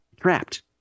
trapped